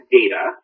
data